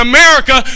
America